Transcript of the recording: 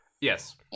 yes